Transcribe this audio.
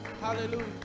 Hallelujah